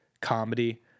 comedy